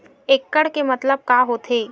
एकड़ के मतलब का होथे?